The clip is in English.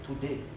today